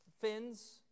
fins